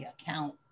account